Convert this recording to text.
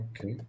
Okay